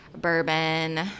bourbon